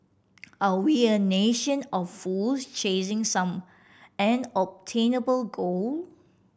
are we a nation of fools chasing some unobtainable goal